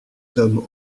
sommes